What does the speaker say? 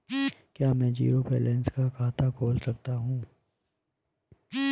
क्या मैं zero balance खाता खोल सकता हूँ?